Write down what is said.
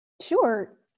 Sure